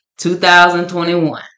2021